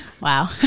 Wow